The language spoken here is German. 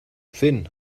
finn